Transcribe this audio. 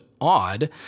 odd